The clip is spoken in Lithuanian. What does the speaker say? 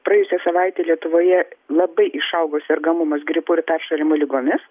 praėjusią savaitę lietuvoje labai išaugo sergamumas gripu ir peršalimo ligomis